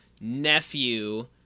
nephew